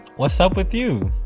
what's up with you?